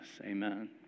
Amen